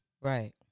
right